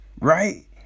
right